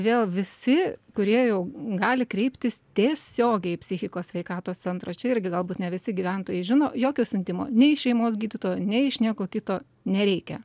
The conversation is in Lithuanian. vėl visi kurie jau gali kreiptis tiesiogiai psichikos sveikatos centrą čia irgi galbūt ne visi gyventojai žino jokio siuntimo nei šeimos gydytojo nei iš nieko kito nereikia